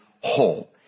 whole